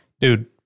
Dude